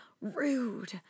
Rude